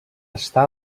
estar